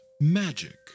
magic